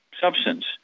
substance